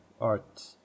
art